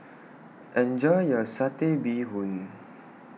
Enjoy your Satay Bee Hoon